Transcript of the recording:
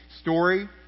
story